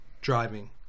driving